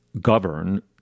govern